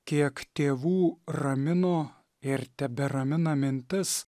kiek tėvų ramino ir teberamina mintis